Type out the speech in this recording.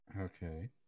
Okay